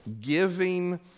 Giving